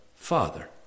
Father